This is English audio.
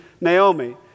Naomi